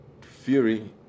Fury